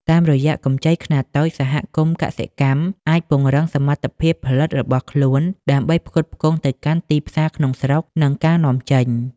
តាមរយៈកម្ចីខ្នាតតូច សហគមន៍កសិកម្មអាចពង្រឹងសមត្ថភាពផលិតរបស់ខ្លួនដើម្បីផ្គត់ផ្គង់ទៅកាន់ទីផ្សារក្នុងស្រុក និងការនាំចេញ។